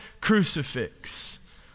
crucifix